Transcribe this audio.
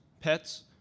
pets